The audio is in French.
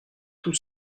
tout